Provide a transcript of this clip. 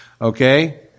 Okay